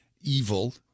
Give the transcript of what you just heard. evil